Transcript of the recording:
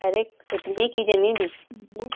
इतनी की ज़मीन